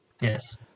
Yes